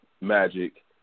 magic